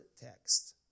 text